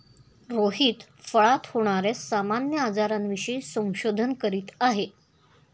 रोहित फळात होणार्या सामान्य आजारांविषयी संशोधन करीत आहे